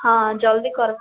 ହଁ ଜଲ୍ଦି କର୍ମା